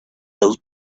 those